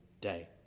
day